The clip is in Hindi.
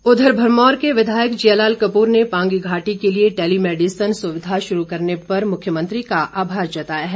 आभार उधर भरमौर के विधायक जिया लाल कपूर ने पांगी घाटी के लिए टेलीमेडिसन सुविधा शुरू करने पर मुख्यमंत्री का आभार जताया है